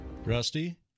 Rusty